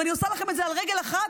ואני עושה לכם את זה על רגל אחת,